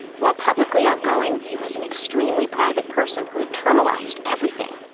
while publicly outgoing he was an extremely private person who internalized everything.